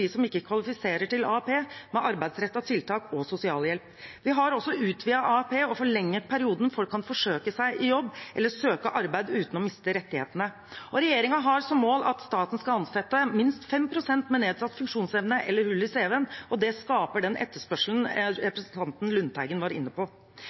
som ikke kvalifiserer til AAP med arbeidsrettede tiltak og sosialhjelp. Vi har også utvidet AAP og forlenget perioden folk kan forsøke seg i jobb, eller søke arbeid uten å miste rettighetene. Og regjeringen har som mål at staten skal ansette minst 5 pst. med nedsatt funksjonsevne eller hull i cv-en. Det skaper den etterspørselen